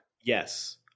Yes